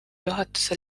juhatuse